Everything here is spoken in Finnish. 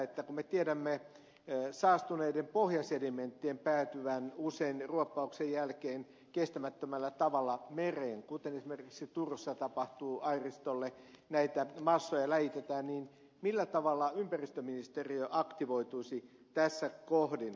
kun me tiedämme saastuneiden pohjasedimenttien päätyvän usein ruoppauksen jälkeen kestämättömällä tavalla mereen kuten esimerkiksi turussa tapahtuu airistolla näitä massoja läjitetään niin millä tavalla ympäristöministeriö aktivoituisi tässä kohdin